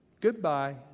Goodbye